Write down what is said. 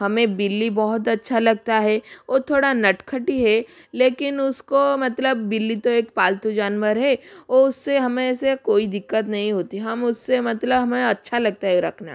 हमें बिल्ली बहुत अच्छा लगता है ओ थोड़ा नटखटी है लेकिन उसको मतलब बिल्ली तो एक पालतू जानवर है आऊं उससे हम से कोई दिक्कत नहीं होती हम उससे मतलब हमें अच्छा लगता है रखना